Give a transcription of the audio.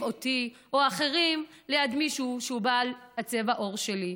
אותי או אחרים ליד מישהו שהוא בעל צבע העור שלי.